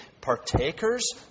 partakers